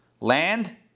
land